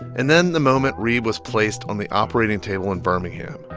and then the moment reeb was placed on the operating table in birmingham,